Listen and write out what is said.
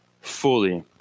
fully